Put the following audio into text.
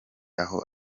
aho